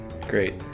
Great